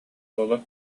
уола